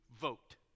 vote